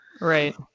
right